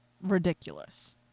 ridiculous